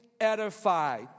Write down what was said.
edify